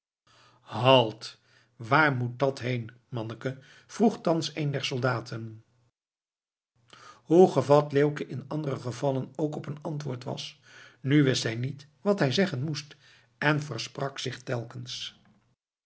halt waar moet dat heen manneke vroeg thans een der soldaten hoe gevat leeuwke in andere gevallen ook op een antwoord was nu wist hij niet wat hij zeggen moest en versprak zich telkens